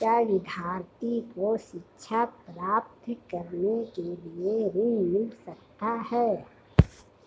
क्या विद्यार्थी को शिक्षा प्राप्त करने के लिए ऋण मिल सकता है?